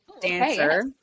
dancer